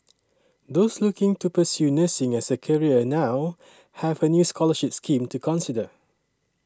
those looking to pursue nursing as a career now have a new scholarship scheme to consider